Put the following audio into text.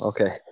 Okay